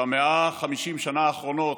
ב-150 השנים האחרונות,